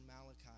Malachi